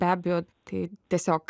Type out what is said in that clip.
be abejo tai tiesiog